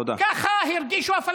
תודה.